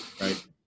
Right